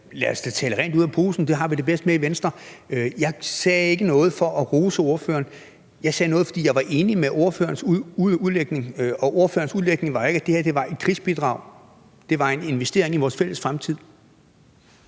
lad os da tale rent ud af posen, det har vi det bedst med i Venstre. Jeg sagde ikke noget for at rose ordføreren. Jeg sagde noget, fordi jeg var enig med ordførerens udlægning, og ordførerens udlægning var ikke, at det her var et krigsbidrag – det var en investering i vores fælles fremtid.